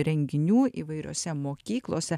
renginių įvairiose mokyklose